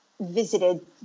visited